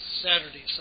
Saturday